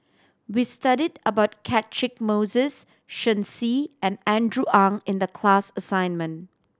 we studied about Catchick Moses Shen Xi and Andrew Ang in the class assignment